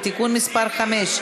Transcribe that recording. הצעת חוק המכר (דירות) (תיקון מס' 9),